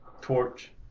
torch